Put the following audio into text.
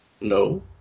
No